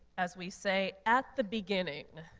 as we say, at the beginning?